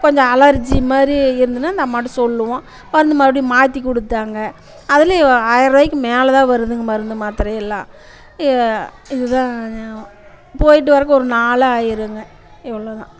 கொஞ்சம் அலர்ஜி மாதிரி இருந்ததுன்னால் அந்த அம்மாகிட்ட சொல்லுவோம் மருந்து மறுபடியும் மாற்றி கொடுத்தாங்க அதுலேயும் ஆயிரம் ரூபாயிக்கு மேலே தான் வருதுங்க மருந்து மாத்திரையெல்லாம் ஏ இது தான் போய்விட்டு வரக்கு ஒரு நாளே ஆகிருங்க இவ்வளோ தான்